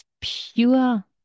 pure